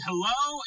Hello